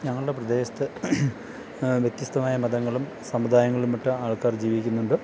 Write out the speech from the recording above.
ഞങ്ങളുടെ പ്രദേശത്ത് വ്യത്യസ്തമായ മതങ്ങളും സമുദായങ്ങളിലും പെട്ട ആള്ക്കാര് ജീവിക്കുന്നുണ്ട്